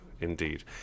Indeed